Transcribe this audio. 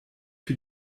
für